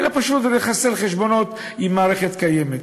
אלא פשוט לחסל חשבונות עם מערכת קיימת.